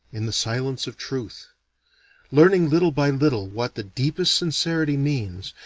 in the silence of truth learning little by little what the deepest sincerity means,